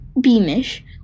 Beamish